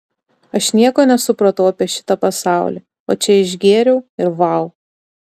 aš nieko nesupratau apie šitą pasaulį o čia išgėriau ir vau